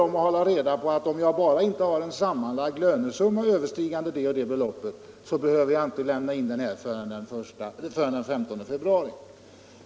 Det vore mycket enklare för dem, om de visste att därest den sammanlagda lönesumman inte överstiger ett visst belopp så behöver arbetsgivaruppgiften inte lämnas förrän den 15 februari.